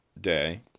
day